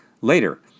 later